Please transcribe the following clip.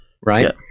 right